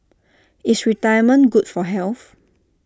is retirement good for health